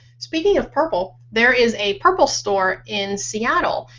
speaking of purple, there is a purple store in seattle.